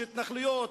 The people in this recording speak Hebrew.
התנחלויות,